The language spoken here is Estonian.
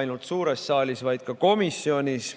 ainult suures saalis, vaid ka komisjonis,